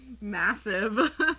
Massive